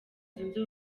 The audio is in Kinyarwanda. zunze